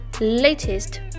latest